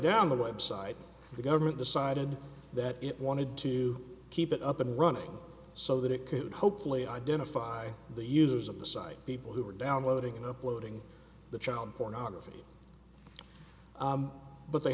down the website the government decided that it wanted to keep it up and running so that it could hopefully identify the users of the site people who were downloading uploading the child pornography but they